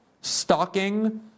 stalking